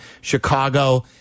Chicago